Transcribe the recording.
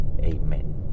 Amen